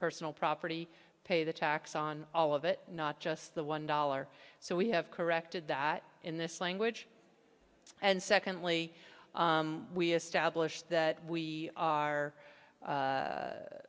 personal property pay the tax on all of it not just the one dollar so we have corrected that in this language and secondly we established that we are